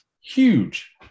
huge